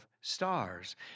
stars